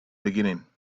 beginning